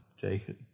Jacob